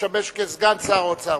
המשמש כסגן שר האוצר.